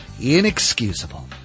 Inexcusable